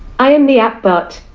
i am the app bot.